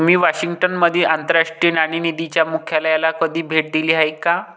तुम्ही वॉशिंग्टन मधील आंतरराष्ट्रीय नाणेनिधीच्या मुख्यालयाला कधी भेट दिली आहे का?